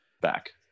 back